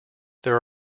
there